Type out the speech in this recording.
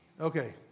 okay